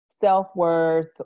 self-worth